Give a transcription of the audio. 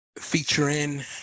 Featuring